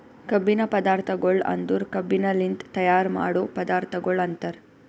ಕಬ್ಬಿನ ಪದಾರ್ಥಗೊಳ್ ಅಂದುರ್ ಕಬ್ಬಿನಲಿಂತ್ ತೈಯಾರ್ ಮಾಡೋ ಪದಾರ್ಥಗೊಳ್ ಅಂತರ್